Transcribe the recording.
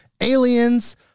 aliens